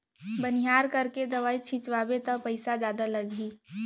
बनिहार करके दवई छिंचवाबे त पइसा जादा लागही